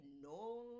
no